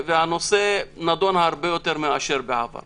והנושא נדון הרבה יותר מאשר בעבר.